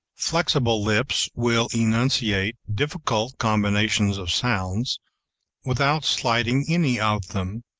flexible lips will enunciate difficult combinations of sounds without slighting any of them,